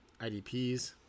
IDPs